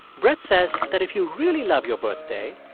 brett says that if you really love your birthday,